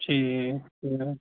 ठीक ऐ